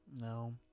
No